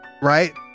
right